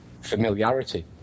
familiarity